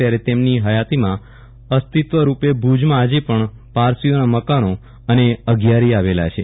ત્યારે તેમની હયાતીમાં અસ્તિત્વરૂપે ભુજમાં આજે પણ પારસીઓના મકાનો અને અગિયારી આવેલા છે